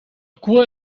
cua